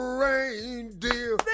reindeer